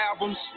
albums